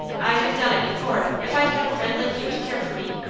i'd have done it before if i'd had a friend like you to care for me.